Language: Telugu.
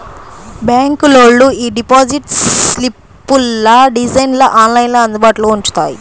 బ్యాంకులోళ్ళు యీ డిపాజిట్ స్లిప్పుల డిజైన్లను ఆన్లైన్లో అందుబాటులో ఉంచుతారు